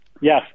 Yes